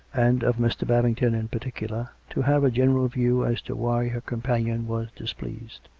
and of mr, babington in particular, to have a general view as to why her companion was displeased